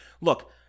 look